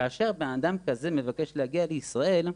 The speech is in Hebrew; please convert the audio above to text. כאשר בן אדם כזה מבקש להגיע לישראל,